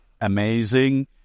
amazing